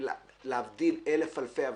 להבדיל אלף אלפי הבדלות,